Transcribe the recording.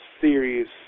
serious